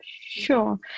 Sure